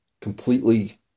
completely